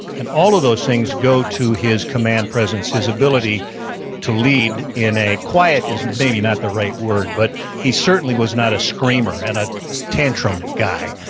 and all of those things go to his command presence, his ability to lead in a, quiet is maybe not the right word, but he certainly was not a screamer and a tantrum guy.